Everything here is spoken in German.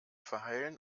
verheilen